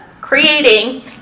creating